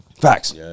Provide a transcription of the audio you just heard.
Facts